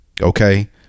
Okay